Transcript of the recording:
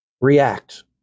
react